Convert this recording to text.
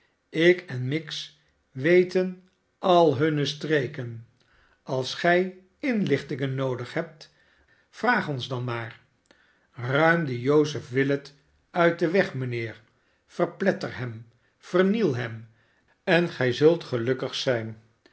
ik en miggs weten al hunne streken als gij inlichtingen noodig hebt vraag ons dan maar ruim dien joseph willet uit den weg mijnheer verpletter hem verniel hem en gij zult gelukkig zijn